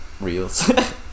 reels